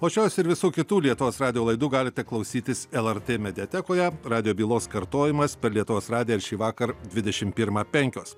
o šios ir visų kitų lietuvos radijo laidų galite klausytis el er tė mediatekoje radijo bylos kartojimas per lietuvos radiją šįvakar dvidešimt pirmą penkios